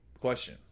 question